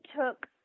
took